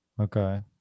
Okay